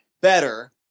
better